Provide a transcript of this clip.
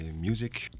music